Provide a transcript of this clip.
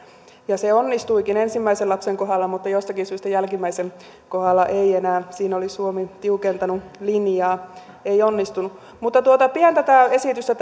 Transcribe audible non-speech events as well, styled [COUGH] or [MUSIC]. se onnistuikin ensimmäisen lapsen kohdalla mutta jostakin syystä jälkimmäisen kohdalla ei enää siinä oli suomi tiukentanut linjaa ei onnistunut pidän tätä esitystä [UNINTELLIGIBLE]